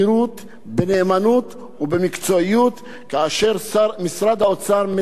כאשר משרד האוצר מזנב בהם לאורך הדרך ומנסה לייבש את